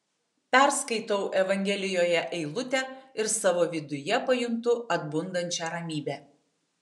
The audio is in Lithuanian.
perskaitau evangelijoje eilutę ir savo viduje pajuntu atbundančią ramybę